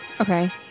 okay